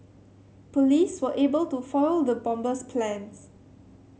police were able to foil the bomber's plans